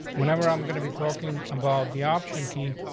whenever i'm gonna be talking about the option key,